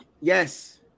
Yes